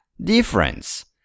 difference